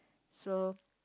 so